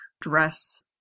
dress